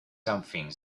something